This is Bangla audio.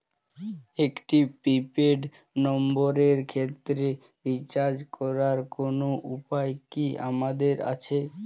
একটি প্রি পেইড নম্বরের ক্ষেত্রে রিচার্জ করার কোনো উপায় কি আমাদের আছে?